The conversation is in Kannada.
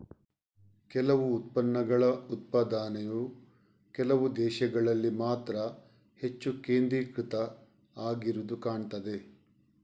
ಕೆಲವು ಉತ್ಪನ್ನಗಳ ಉತ್ಪಾದನೆಯು ಕೆಲವು ದೇಶಗಳಲ್ಲಿ ಮಾತ್ರ ಹೆಚ್ಚು ಕೇಂದ್ರೀಕೃತ ಆಗಿರುದು ಕಾಣ್ತದೆ